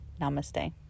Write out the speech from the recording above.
Namaste